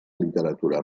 literatura